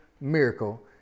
miracle